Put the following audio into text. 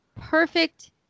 perfect